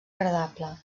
agradable